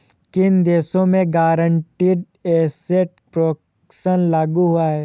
किन देशों में गारंटीड एसेट प्रोटेक्शन लागू हुआ है?